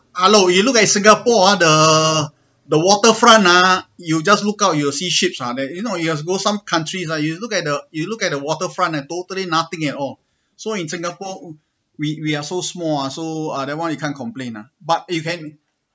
hello you look at singapore ah the the waterfront ah you just look out you will see ships ah there you know you have go some countries ah you look at the you look at the waterfront ah totally nothing at all so in singapore we we are so small ah so ah that one you can't complain ah but you can